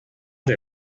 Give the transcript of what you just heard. der